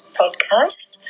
podcast